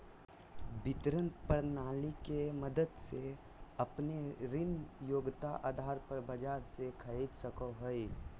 वित्त प्रणाली के मदद से अपने ऋण योग्यता आधार पर बाजार से खरीद सको हइ